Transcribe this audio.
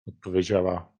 odpowiedziała